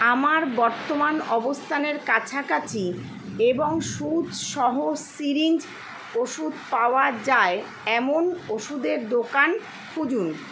আমার বর্তমান অবস্থানের কাছাকাছি এবং সুঁচ সহ সিরিঞ্জ ওষুধ পাওয়া যায় এমন ওষুধের দোকান খুঁজুন